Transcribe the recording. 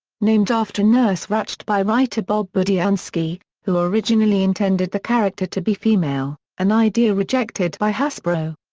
named after nurse ratched by writer bob budiansky, who originally intended the character to be female, an idea rejected by hasbro.